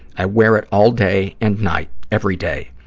i wear it all day and night, every day.